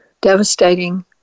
devastating